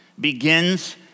begins